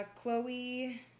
Chloe